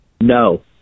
No